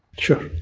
sure